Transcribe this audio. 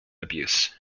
abuse